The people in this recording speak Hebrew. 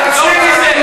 מה מתרגשים מזה?